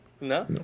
No